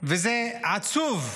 וזה עצוב.